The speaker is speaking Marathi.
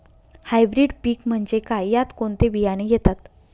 हायब्रीड पीक म्हणजे काय? यात कोणते बियाणे येतात?